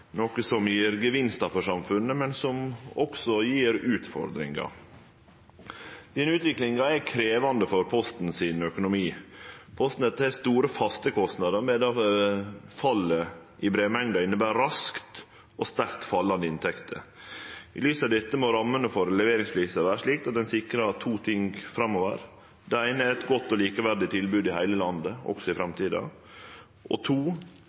noko som gjev gevinstar for samfunnet, men som også gjev utfordringar. Denne utviklinga er krevjande for Postens økonomi. Posten har store faste kostnader, medan fallet i brevmengda inneber raskt og sterkt fallande inntekter. I lys av dette må rammene for leveringsvilkåra vere slik at ein sikrar to ting framover. Det eine er eit godt og likeverdig tilbod i heile landet også i